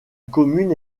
commune